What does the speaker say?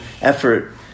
effort